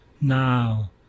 now